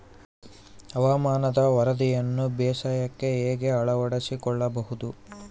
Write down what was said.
ಹವಾಮಾನದ ವರದಿಯನ್ನು ಬೇಸಾಯಕ್ಕೆ ಹೇಗೆ ಅಳವಡಿಸಿಕೊಳ್ಳಬಹುದು?